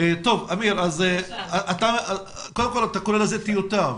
אתה קורא לזה טיוטה,